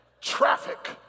Traffic